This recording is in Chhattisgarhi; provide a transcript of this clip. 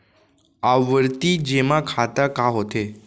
आवर्ती जेमा खाता का होथे?